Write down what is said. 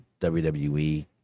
WWE